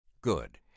Good